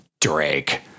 Drake